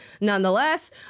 nonetheless